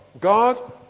God